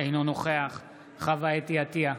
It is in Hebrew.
אינו נוכח חוה אתי עטייה,